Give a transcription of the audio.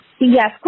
Yes